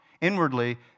Inwardly